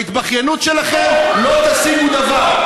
בהתבכיינות שלכן לא תשיגו דבר.